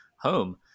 home